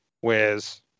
whereas